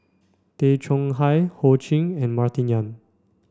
Tay Chong Hai Ho Ching and Martin Yan